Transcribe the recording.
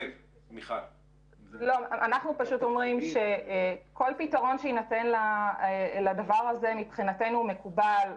כל פתרון שיינתן לדבר הזה, מבחינתנו הוא מקובל,